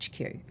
HQ